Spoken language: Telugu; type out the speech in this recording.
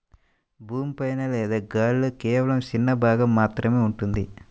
భూమి పైన లేదా గాలిలో కేవలం చిన్న భాగం మాత్రమే ఉంటుంది